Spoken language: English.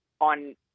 on